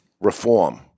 Reform